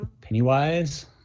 pennywise